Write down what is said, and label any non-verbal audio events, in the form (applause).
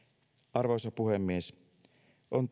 arvoisa puhemies on (unintelligible)